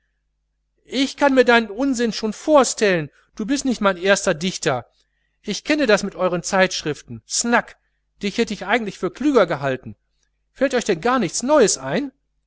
ich kann mir den unsinn schon vorstellen du bist nicht mein erster dichter ich kenne das mit euren zeitschriften snak dich hätt ich eigentlich für klüger gehalten fällt euch denn gar nichts neues ein